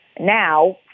Now